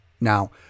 Now